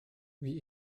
wie